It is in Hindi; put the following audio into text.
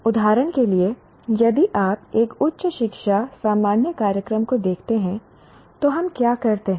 उदाहरण के लिए यदि आप एक उच्च शिक्षा सामान्य कार्यक्रम को देखते हैं तो हम क्या करते हैं